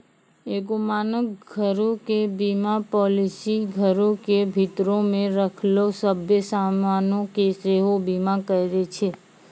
एगो मानक घरो के बीमा पालिसी घरो के भीतरो मे रखलो सभ्भे समानो के सेहो बीमा करै छै